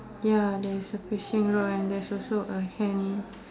ya there is a fishing rod and there's also a hand